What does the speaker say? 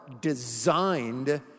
designed